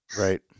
Right